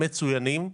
מצוינים.